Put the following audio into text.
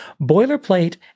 Boilerplate